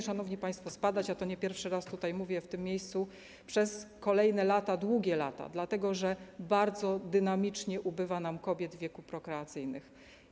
Szanowni państwo, będzie spadać, nie pierwszy raz o tym mówię w tym miejscu, przez kolejne lata, długie lata, dlatego że bardzo dynamicznie ubywa nam kobiet w wieku prokreacyjnym.